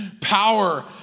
power